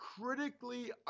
critically